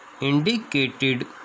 indicated